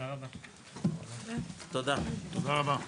הישיבה נעולה.